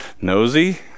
Nosy